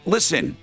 Listen